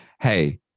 hey